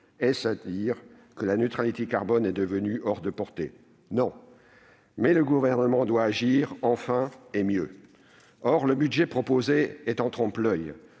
Est-ce à dire que la neutralité carbone est devenue hors de portée ? Non, mais le Gouvernement doit agir enfin, et mieux. Or le budget proposé est en trompe-l'oeil.